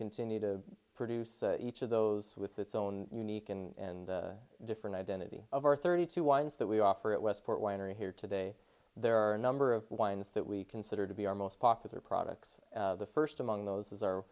continue to produce each of those with its own unique and different identity of our thirty two wines that we offer at westport winery here today there are a number of wines that we consider to be our most popular products the first among those